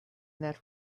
that